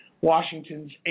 Washington's